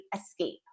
escape